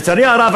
לצערי הרב,